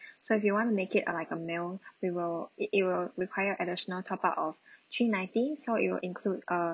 so if you want to make it uh like a meal we will it will require additional top up of three ninety so it will include a